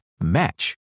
match